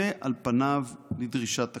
חוטא על פניו לדרישת הכלליות.